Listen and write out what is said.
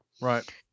Right